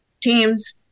teams